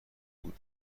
بود